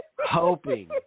hoping